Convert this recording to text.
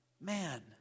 man